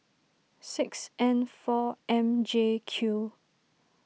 six N four M J Q